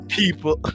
people